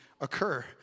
occur